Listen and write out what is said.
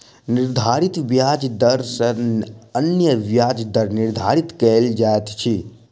निर्धारित ब्याज दर सॅ अन्य ब्याज दर निर्धारित कयल जाइत अछि